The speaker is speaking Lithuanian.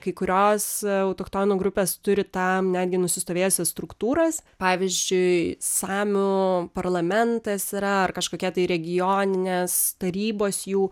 kai kurios autochtonų grupės turi tam netgi nusistovėjusias struktūras pavyzdžiui samių parlamentas yra ar kažkokie tai regioninės tarybos jų